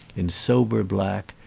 in sober black,